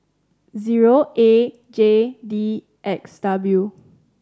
zero A J D X W